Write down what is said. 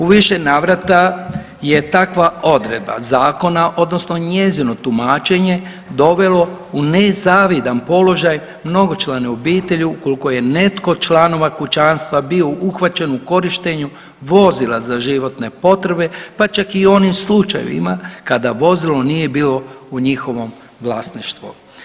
U više navrata je takva odredba zakona odnosno njezino tumačenje dovelo u nezavidan položaj mnogočlane obitelji ukoliko je netko od članova kućanstva bio uhvaćen u korištenju vozila za životne potrebe, pa čak i u onim slučajevima kada vozilo nije bilo u njihovom vlasništvu.